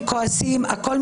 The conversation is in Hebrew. אחרי זה,